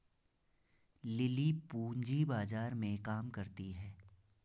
lily पूंजी बाजार में काम करती है